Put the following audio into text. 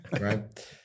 right